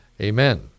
Amen